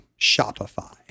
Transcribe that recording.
Shopify